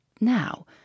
Now